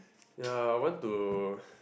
ya I want to